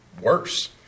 worse